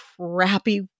crappy